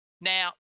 Now